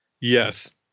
Yes